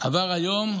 עבר היום,